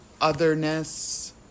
otherness